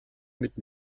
mit